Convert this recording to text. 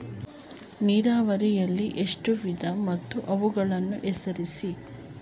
ನೀರಾವರಿಯಲ್ಲಿ ಎಷ್ಟು ವಿಧ ಮತ್ತು ಅವುಗಳನ್ನು ಹೆಸರಿಸಿ?